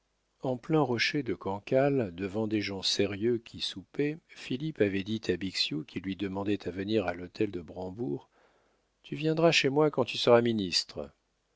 en plein rocher de cancale devant des gens sérieux qui soupaient philippe avait dit à bixiou qui lui demandait à venir à l'hôtel de brambourg tu viendras chez moi quand tu seras ministre